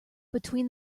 between